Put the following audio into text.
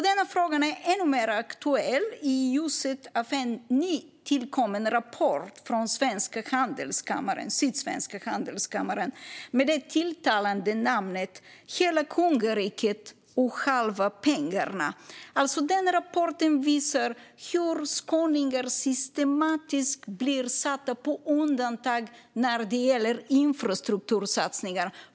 Denna fråga är ännu mer aktuell i ljuset av en nyutkommen rapport från Sydsvenska Handelskammaren med det tilltalande namnet Hela kungariket och halva pengarna . Rapporten visar hur skåningar systematiskt blir satta på undantag när det gäller infrastruktursatsningar.